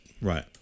right